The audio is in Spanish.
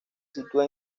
sitúa